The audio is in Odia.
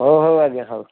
ହଉ ହଉ ଆଜ୍ଞା ହଉ